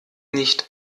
nicht